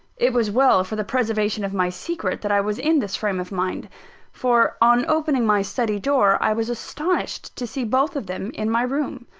it was well for the preservation of my secret that i was in this frame of mind for, on opening my study door, i was astonished to see both of them in my room.